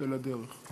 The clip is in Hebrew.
צא לדרך.